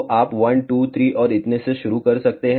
तो आप 1 2 3 और इतने से शुरू कर सकते हैं